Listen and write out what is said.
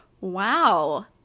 wow